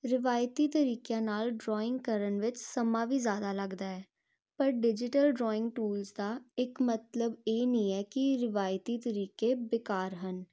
ਰਿਵਾਇਤੀ ਤਰੀਕਿਆਂ ਨਾਲ ਡਰਾਇੰਗ ਕਰਨ ਵਿੱਚ ਸਮਾਂ ਵੀ ਜ਼ਿਆਦਾ ਲੱਗਦਾ ਹੈ ਪਰ ਡਿਜੀਟਲ ਡਰਾਇੰਗ ਟੂਲਸ ਦਾ ਇੱਕ ਮਤਲਬ ਇਹ ਨਹੀਂ ਹੈ ਕਿ ਰਿਵਾਇਤੀ ਤਰੀਕੇ ਬੇਕਾਰ ਹਨ